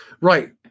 Right